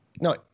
No